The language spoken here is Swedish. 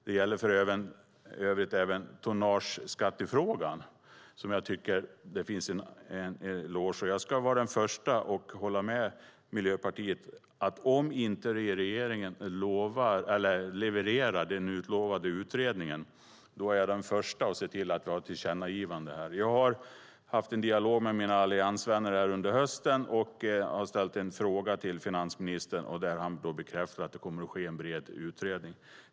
Det gäller för övrigt även tonnageskattefrågan, som jag vill ge Miljöpartiet en eloge för. Jag håller med Miljöpartiet om vikten av den utlovade utredningen, och om regeringen inte levererar den är jag den förste att se till att vi har ett tillkännagivande här. Jag har under hösten fört en dialog med mina alliansvänner och ställt en fråga till finansministern, som bekräftar att det kommer att göras en bred utredning.